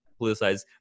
politicized